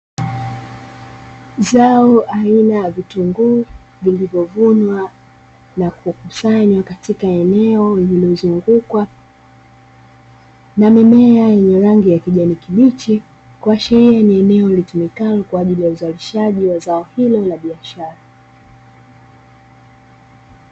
Zao aina ya vitunguu vilivyovunwa na kukusanywa katika eneo, lililozungukwa na mimea yenye kijani kibichi kuashiria kuwa ni eneo litumikalo kwa ajili ya uzalishaji wa zao hilo la biashara.